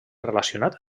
relacionat